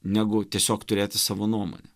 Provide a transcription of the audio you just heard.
negu tiesiog turėti savo nuomonę